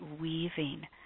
weaving